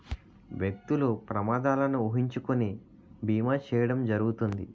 వ్యక్తులు ప్రమాదాలను ఊహించుకొని బీమా చేయడం జరుగుతుంది